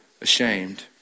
ashamed